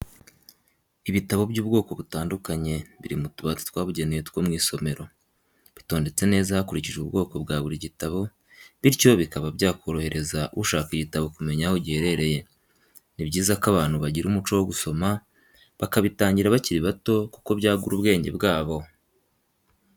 Ibitabo by'ubwoko butandukanye biri mu tubati twabugenewe two mu isomero, bitondetse neza hakurikijwe ubwoko bwa buri gitabo, bityo bikaba byakorohereza ushaka igitabo kumenya aho giherereye, ni byiza ko abantu bagira umuco wo gusoma bakabitangira bakiri bato kuko byagura ubwenge bwabo.